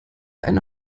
eine